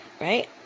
right